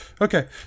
Okay